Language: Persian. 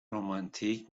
رمانتیک